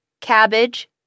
cabbage